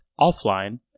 offline